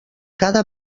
cada